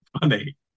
Funny